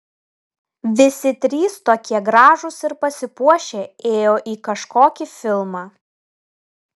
visi trys tokie gražūs ir pasipuošę ėjo į kažkokį filmą